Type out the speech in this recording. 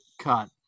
cut